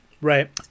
Right